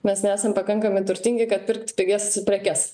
mes esam pakankamai turtingi kad pirkt pigias prekes